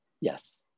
Yes